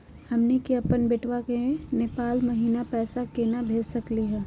हमनी के अपन बेटवा क नेपाल महिना पैसवा केना भेज सकली हे?